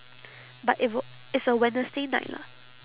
but it wa~ it's a wednesday night lah